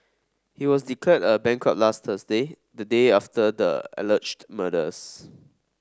he was declared a bankrupt last Thursday the day after the alleged murders